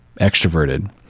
extroverted